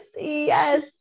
yes